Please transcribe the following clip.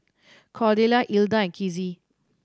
Cordella Hilda and Kizzy